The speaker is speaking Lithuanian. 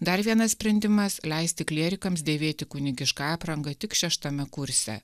dar vienas sprendimas leisti klierikams dėvėti kunigišką aprangą tik šeštame kurse